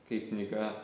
kai knyga